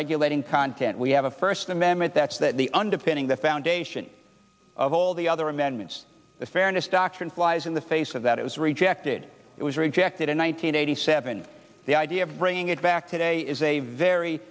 regulating content we have a first amendment that's that the underpinning the foundation of all the other amendments the fairness doctrine flies in the face of that it was rejected it was rejected in one thousand nine hundred seventy the idea of bringing it back today is a very